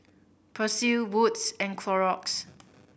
Persil Wood's and Clorox